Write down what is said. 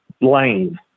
Lane